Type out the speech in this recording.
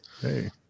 Hey